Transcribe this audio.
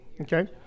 Okay